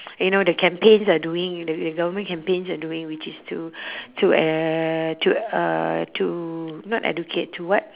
you know the campaigns are doing the the government campaigns are doing which is to to uh to uh to not educate to what